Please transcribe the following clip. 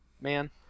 Man